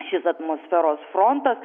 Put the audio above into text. šis atmosferos frontas